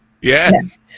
Yes